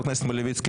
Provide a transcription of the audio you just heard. חבר הכנסת מלביצקי,